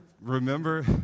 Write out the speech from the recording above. remember